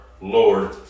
Lord